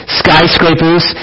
skyscrapers